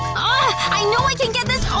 ah and i know i can get this